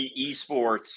Esports